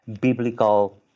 biblical